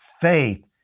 faith